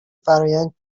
فرایند